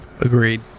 Agreed